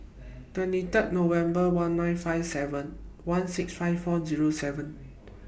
twenty Third November one nine five seven one six five four Zero seven